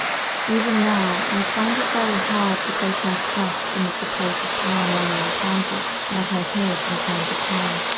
even now, i find it very hard to place my trust in the supposed paranormal encounters that i hear from time to time.